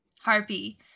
harpy